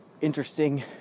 interesting